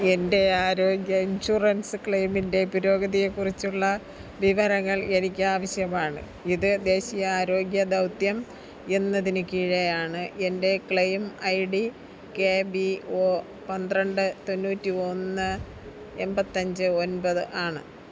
എൻ്റെ ആരോഗ്യ ഇൻഷുറൻസ് ക്ലെയിമിൻ്റെ പുരോഗതിയെ കുറിച്ചുള്ള വിവരങ്ങൾ എനിക്ക് ആവശ്യമാണ് ഇത് ദേശീയ ആരോഗ്യ ദൗത്യം എന്നതിന് കീഴെയാണ് എൻ്റെ claim I D K B O പന്ത്രണ്ട് തൊണ്ണൂറ്റി ഒന്ന് എൺപത്തഞ്ച് ഒൻപത് ആണ്